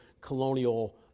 colonial